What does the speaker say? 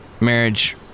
marriage